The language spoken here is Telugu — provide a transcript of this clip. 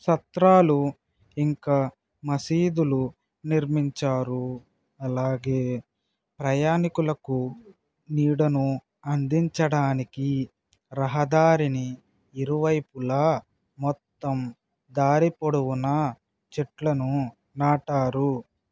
సత్రాలు ఇంకా మసీదులు నిర్మించారు అలాగే ప్రయాణీకులకు నీడను అందించడానికి రహదారిని ఇరువైపులా మొత్తం దారి పొడవునా చెట్లను నాటారు